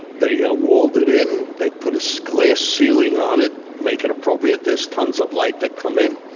they ah walled it in, they put a so glass ceiling on it, make it appropriate, there's tons of light that comes in,